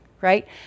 Right